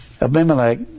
Abimelech